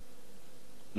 לא זרה לה החקלאות,